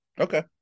Okay